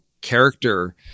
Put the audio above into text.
character